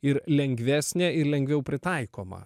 ir lengvesnė ir lengviau pritaikoma